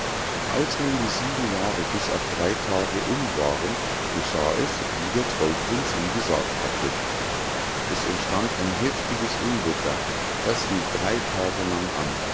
als nun die sieben jahre bis auf drei tage um waren geschah es ganz wie der trollprinz ihm gesagt hatte es entstand ein heftiges unwetter das hielt drei tage lang an